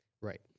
Right